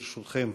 ברשותכם,